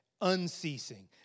unceasing